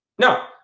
No